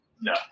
No